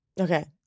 Okay